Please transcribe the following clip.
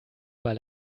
weil